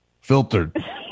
Filtered